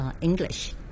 English